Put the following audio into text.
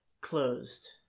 closed